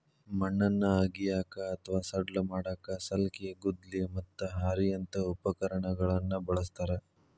ಮಣ್ಣನ್ನ ಅಗಿಯಾಕ ಅತ್ವಾ ಸಡ್ಲ ಮಾಡಾಕ ಸಲ್ಕಿ, ಗುದ್ಲಿ, ಮತ್ತ ಹಾರಿಯಂತ ಉಪಕರಣಗಳನ್ನ ಬಳಸ್ತಾರ